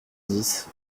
dix